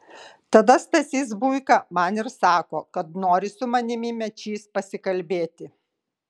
tada stasys buika man ir sako kad nori su manimi mečys pasikalbėti